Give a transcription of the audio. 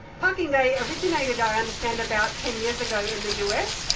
parking day originated, i understand, about ten years ago in the us,